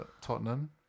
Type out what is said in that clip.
Tottenham